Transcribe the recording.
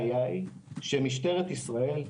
שמשטרת ישראל,